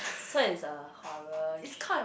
so it's a horror